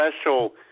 special